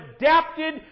adapted